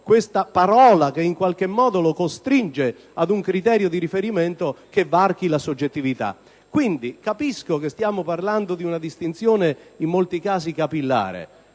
Questa parola in qualche modo lo costringe a un criterio di riferimento che varchi la soggettività. Capisco che stiamo parlando di una distinzione in molti casi capillare,